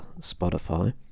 Spotify